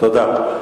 תודה.